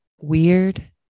weird